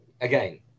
again